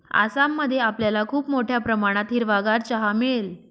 आसाम मध्ये आपल्याला खूप मोठ्या प्रमाणात हिरवागार चहा मिळेल